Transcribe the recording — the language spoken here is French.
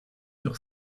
sur